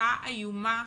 תופעה איומה